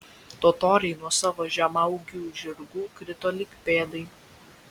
totoriai nuo savo žemaūgių žirgų krito lyg pėdai